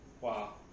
Wow